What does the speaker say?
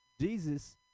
Jesus